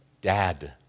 Dad